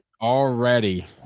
Already